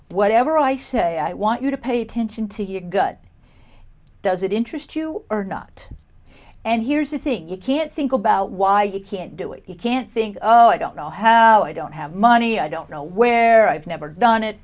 whatever i say i want you to pay attention to your good does it interest you or not and here's the thing you can't think about why you can't do it you can't think how i don't have money i don't know where i've never done it